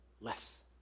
less